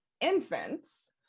infants